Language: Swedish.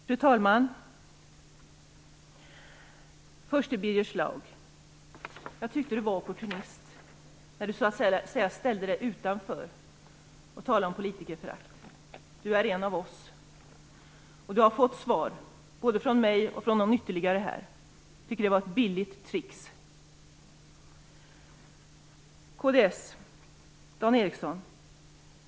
Fru talman! Låt mig först säga till Birger Schlaug att jag tycker att det han var opportunist när han ställde sig utanför och talade om politikerförakt. Birger Schlaug är en av oss, och han har fått svar både från mig och från ytterligare någon här. Jag tycker att det var ett billigt trick.